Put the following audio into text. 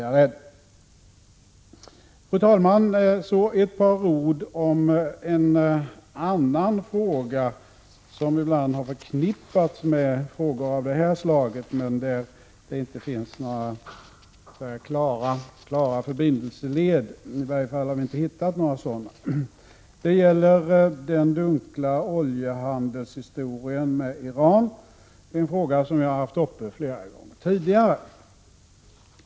Jag vill säga ett par ord om en annan fråga som ibland har förknippats med frågor av detta slag. Vi har dock i dessa fall inte kunnat hitta några klara förbindelseled. Det gäller den dunkla historien om oljehandeln med Iran. Det är en fråga som jag har haft uppe flera gånger tidigare.